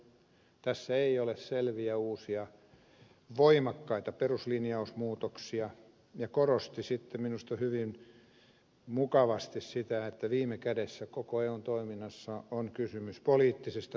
hän sanoi että tässä ei ole selviä uusia voimakkaita peruslinjausmuutoksia ja korosti sitten minusta hyvin mukavasti sitä että viime kädessä koko eun toiminnassa on kysymys poliittisesta tahdosta